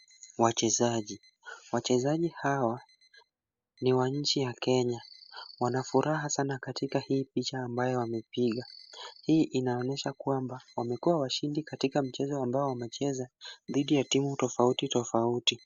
Wachezaji. Wachezaji hawa ni wa nchi ya Kenya. Wanafuraha sana katika hii picha ambayo wamepiga. Hii inaonyesha kwamba wamekuwa washindi katika mchezo ambao wamecheza dhidi ya timu tofauti tofauti.